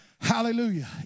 Hallelujah